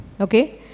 okay